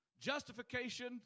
justification